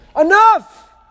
Enough